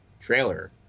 trailer